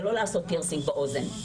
זה לא לעשות פירסינג באוזן.